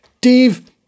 Dave